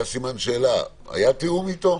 היה תיאום אתו?